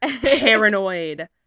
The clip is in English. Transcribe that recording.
Paranoid